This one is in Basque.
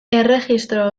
erregistro